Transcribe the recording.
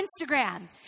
Instagram